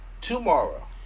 tomorrow